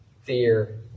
fear